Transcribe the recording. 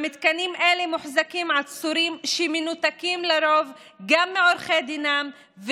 במתקנים אלה מוחזקים עצורים שמנותקים לרוב גם מעורכי דינם,